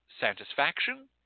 satisfaction